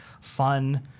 fun